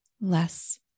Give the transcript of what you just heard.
less